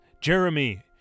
Jeremy